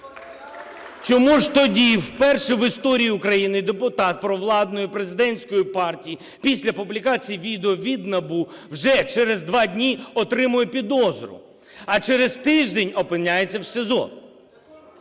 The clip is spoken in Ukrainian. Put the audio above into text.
Чому ж тоді вперше в історії України депутат провладної президентської партії після публікації відео від НАБУ вже через 2 дні отримує підозру, а через тиждень опиняється в СІЗО?